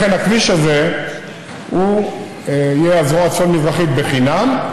לכן הכביש הזה יהיה הזרוע הצפון-מזרחית בחינם,